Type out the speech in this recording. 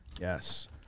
yes